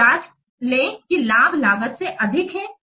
फिर जाँच लें कि लाभ लागत से अधिक हैं